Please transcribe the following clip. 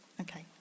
Okay